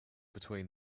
between